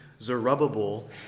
Zerubbabel